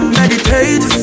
meditate